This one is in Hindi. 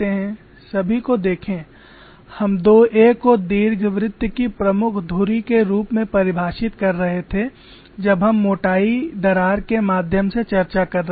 सभी को देखें हम 2a को दीर्घवृत्त की प्रमुख धुरी के रूप में परिभाषित कर रहे थे जब हम मोटाई दरार के माध्यम से चर्चा कर रहे थे